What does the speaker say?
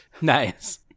nice